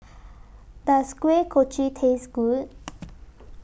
Does Kuih Kochi Taste Good